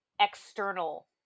external